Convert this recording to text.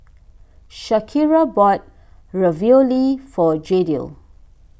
Shakira bought Ravioli for Jadiel